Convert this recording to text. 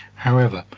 however,